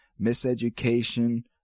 miseducation